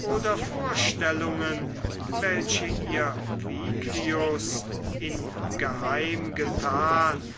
oder vorstellungen welche ihr viglius ingeheim gethan